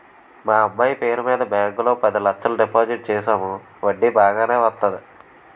మా అమ్మాయి పేరు మీద బ్యాంకు లో పది లచ్చలు డిపోజిట్ సేసాము వడ్డీ బాగానే వత్తాది